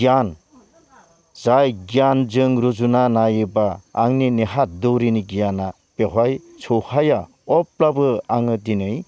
गियान जाय गियानजों रुजुना नायोबा आंनि नेहात दौरिनि गियाना बेवहाय सौहाया अब्लाबो आङो दिनै